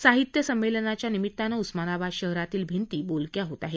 साहित्य संमेलनाच्या निमित्तानं उस्मानाबाद शहरातील भिंती बोलक्या होत आहेत